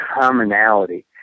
commonality